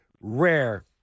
Rare